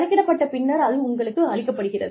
கணக்கிடப்பட்ட பின்னர் அது உங்களுக்கு அளிக்கப்படுகிறது